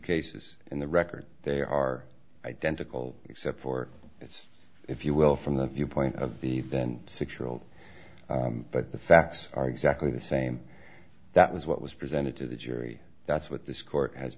cases in the record they are identical except for its if you will from the viewpoint of the then six year old but the facts are exactly the same that was what was presented to the jury that's what this court has